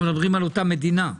אנחנו מדברים על אותה מדינה?